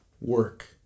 work